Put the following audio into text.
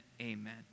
Amen